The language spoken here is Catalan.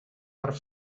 per